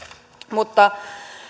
mutta